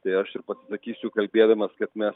tai aš ir pasisakysiu kalbėdamas kad mes